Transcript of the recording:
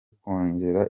kongera